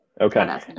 okay